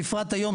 בפרט היום,